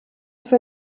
für